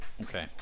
Okay